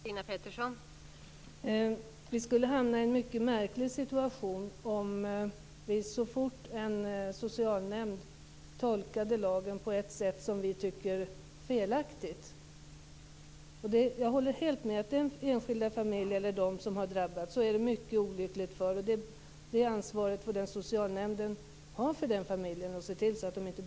Fru talman! Vi skulle hamna i en mycket märklig situation om vi skulle börja ändra lagen så fort en enskild socialnämnd har tolkat lagen på ett sätt som vi tycker är felaktigt. Jag håller helt med om att det är mycket olyckligt för den enskilda familj eller för de personer som har drabbats av detta.